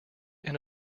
and